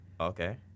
Okay